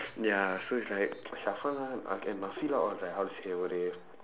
ya so it's like ak~ and all like how to say